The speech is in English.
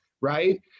right